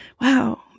wow